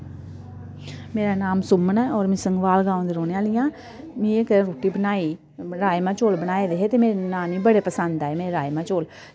मेरा नाम सुमन ऐ होर में संगवाल ग्रांऽ दी रौह्ने आह्ली आं में इक बारी रुट्टी बनाई ते राजमां चौल बनाये दे हे ते मेरी ननानू गी बड़े पसंद आये मेरे राजमां चौल